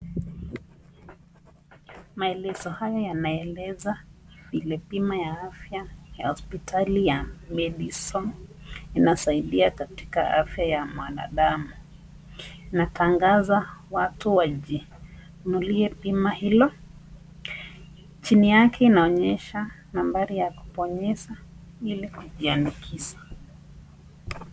Maelezo haya yanaeleza vile bima ya afya ya hosiptali ya Madison inasaidia katika afya ya mwanadamu, inatangaza watu wajinunulie bima hilo. Chini yake inaonyesha nambari ya kubonyeza ili kujiandikisha.